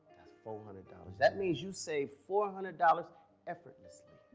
four hundred dollars. that means you save four hundred dollars effortlesly.